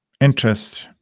interest